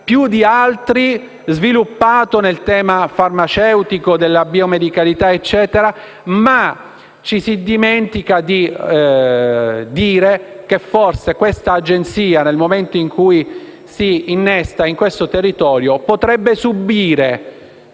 più di altri sviluppato nel settore farmaceutico e della biomedicalità, ma ci si dimentica di dire che forse questa Agenzia, nel momento in cui si innesta in questo territorio potrebbe subire